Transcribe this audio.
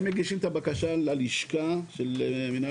הם מגישים את הבקשה ללשכה של מנהל